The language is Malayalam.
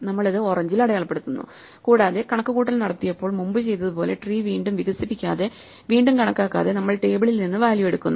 നമ്മൾ ഇത് ഓറഞ്ചിൽ അടയാളപ്പെടുത്തുന്നു കൂടാതെ കണക്കുകൂട്ടൽ നടത്തിയപ്പോൾ മുമ്പ് ചെയ്തതുപോലെ ട്രീ വീണ്ടും വികസിപ്പിക്കാതെ വീണ്ടും കണക്കാക്കാതെ നമ്മൾ ടേബിളിൽ നിന്ന് വാല്യൂ എടുക്കുന്നു